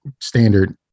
standard